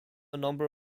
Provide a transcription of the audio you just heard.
number